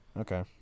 okay